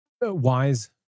wise